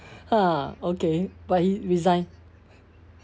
!huh! okay but he resign